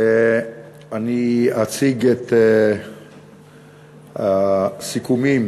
אני אציג את הסיכומים